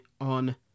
on